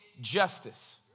justice